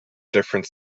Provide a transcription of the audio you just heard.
different